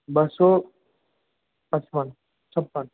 ॿ सौ पचपन छप्पन